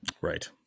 Right